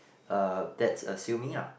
uh that's assuming lah